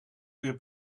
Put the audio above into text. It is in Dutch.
uur